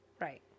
Right